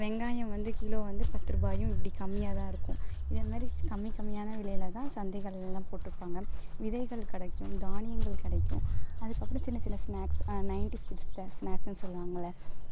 வெங்காயம் வந்து கிலோ வந்து பத்து ரூபாயும் இப்படி கம்மியாக தான் இருக்கும் இதை மாதிரி கம்மி கம்மியான விலையில் தான் சந்தைகள்லாம் போட்டிருப்பாங்க விதைகள் கிடைக்கும் தானியங்கள் கிடைக்கும் அதுக்கப்புறம் சின்னச் சின்ன ஸ்நாக்ஸ் நைன்டீஸ் கிட்ஸ்ஸோட ஸ்நாக்ஸ்னு சொல்லுவாங்கள்ல